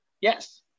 Yes